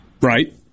Right